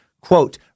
quote